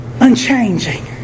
unchanging